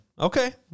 Okay